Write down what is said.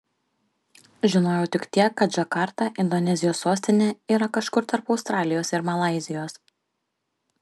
žinojau tik tiek kad džakarta indonezijos sostinė yra kažkur tarp australijos ir malaizijos